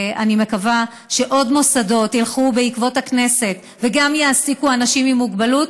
אני מקווה שעוד מוסדות ילכו בעקבות הכנסת וגם יעסיקו אנשים עם מוגבלות,